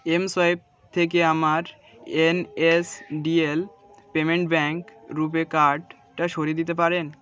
mSwipe থেকে আমার NSDL payment bank RuPay কার্ডটা সরিয়ে দিতে পারেন